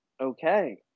Okay